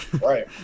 Right